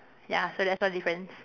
ya so that's one difference